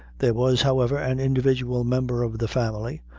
there was, however, an individual member of the family,